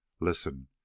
Listen